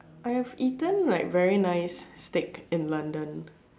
I have eaten like very nice steak in London